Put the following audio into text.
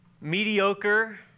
mediocre